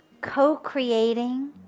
co-creating